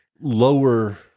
lower